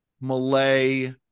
Malay